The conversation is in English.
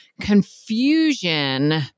confusion